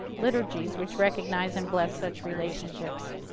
liturgies which recognize and bless such relationships.